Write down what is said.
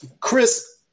Chris